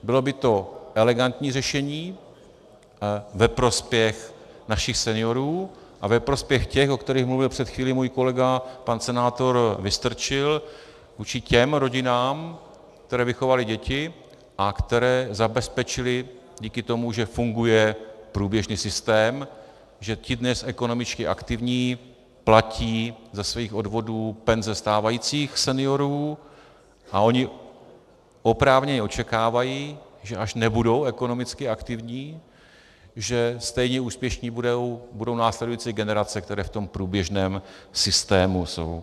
Bylo by to elegantní řešení ve prospěch našich seniorů a ve prospěch těch, o kterých mluvil před chvílí můj kolega, pan senátor Vystrčil, vůči těm rodinám, které vychovaly děti a zabezpečily je díky tomu, že funguje průběžný systém, že ti dnes ekonomicky aktivní platí ze svých odvodů penze stávajících seniorů, a oni oprávněně očekávají, že až nebudou ekonomicky aktivní, že stejně úspěšné budou následující generace, které v tom průběžném systému jsou.